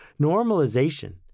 Normalization